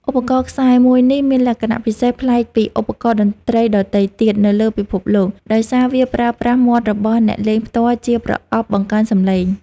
ឧបករណ៍ខ្សែមួយនេះមានលក្ខណៈពិសេសប្លែកពីឧបករណ៍តន្ត្រីដទៃទៀតនៅលើពិភពលោក ដោយសារវាប្រើប្រាស់មាត់របស់អ្នកលេងផ្ទាល់ជាប្រអប់បង្កើនសម្លេង។